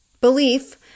belief